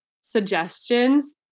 suggestions